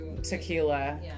tequila